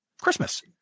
Christmas